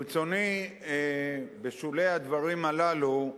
ברצוני, בשולי הדברים הללו,